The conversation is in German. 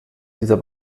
dieser